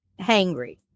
hangry